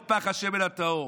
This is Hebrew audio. את פך השמן הטהור.